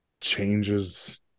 changes